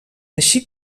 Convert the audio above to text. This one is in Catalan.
així